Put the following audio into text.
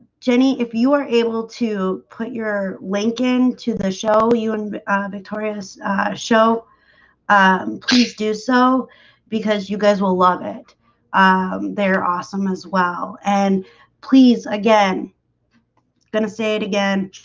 jenny if you are able to put your link in to the show you and victoria's show please do so because you guys will love it they're awesome as well and please again gonna say it again.